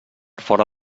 fora